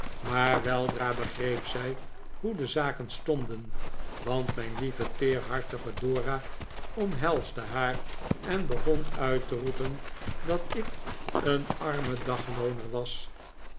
maar weldra begreep zij hoe de zaken stonden want mijn lieve teerhartige dora omhelsde haar en begon uit te roepen dat ik een arme daglooner was